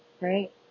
Right